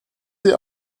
sie